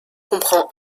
comprend